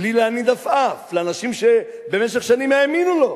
בלי להניד עפעף, לאנשים שבמשך שנים האמינו לו,